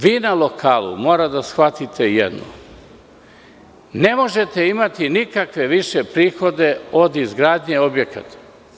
Vi na lokalu morate da shvatite jedno - ne možete imati nikakve više prihode od izgradnje objekata.